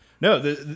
No